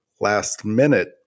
last-minute